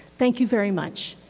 thank you very much.